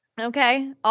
Okay